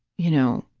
you know,